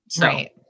Right